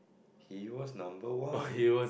he was number one